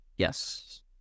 Yes